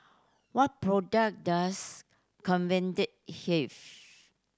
what product does Convatec have